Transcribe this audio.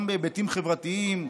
גם בהיבטים חברתיים,